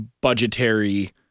budgetary